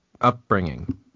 upbringing